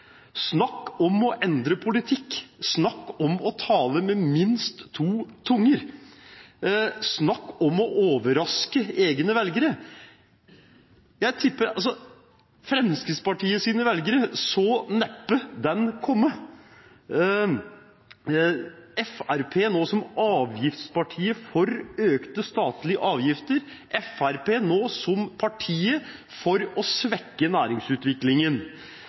Snakk om å endre politikk! Snakk om å tale med minst to tunger! Snakk om å overraske egne velgere! Fremskrittspartiets velgere så neppe den komme: Fremskrittspartiet – nå som avgiftspartiet for økte statlige avgifter, Fremskrittspartiet – nå som partiet for å svekke næringsutviklingen.